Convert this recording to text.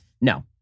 No